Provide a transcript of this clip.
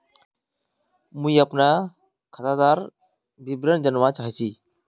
मुई अपना खातादार विवरण जानवा चाहची?